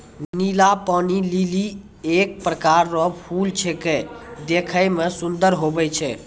नीला पानी लीली एक प्रकार रो फूल छेकै देखै मे सुन्दर हुवै छै